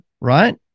right